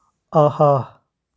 اَہا